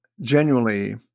genuinely